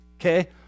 Okay